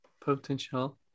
Potential